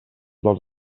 dels